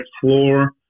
Floor